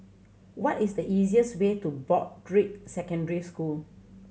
what is the easiest way to Broadrick Secondary School